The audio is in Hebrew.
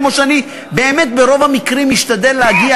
כמו שאני באמת ברוב המקרים משתדל להגיע